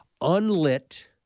unlit